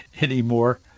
anymore